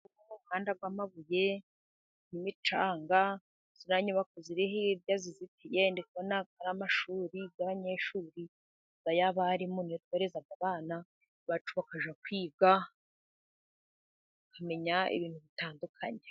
Uruganda rw'amabuye ku micanga, ziriya nyubako ziri hirya zizitiye, ndi kubona ari amashuri y'abanyeshuri ay'abarimu, bakoresha ku bana bacokaje kwiga, ukamenya ibintu bitandukanye.